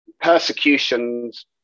persecutions